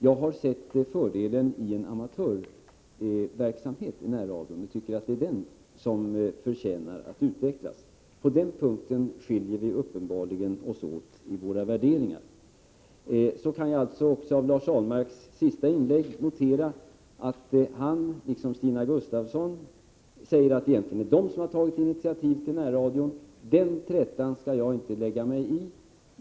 Jag har sett en fördel i att närradion bedrivs som en amatörverksamhet, och jag tycker att det är denna som förtjänar att utvecklas. På den punkten skiljer vi oss uppenbarligen åt i våra värderingar. Jag kan också efter Lars Ahlmarks senaste inlägg notera att han anser att det egentligen är hans parti som har tagit initiativet till införandet av närradion. Samtidigt säger Stina Gustavsson att det är hennes parti som har tagit initiativet. Den trätan skall jag inte lägga mig i.